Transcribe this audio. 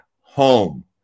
home